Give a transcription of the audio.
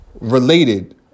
Related